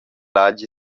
hagi